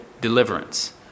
deliverance